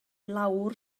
lawr